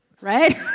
right